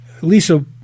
Lisa